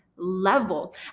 level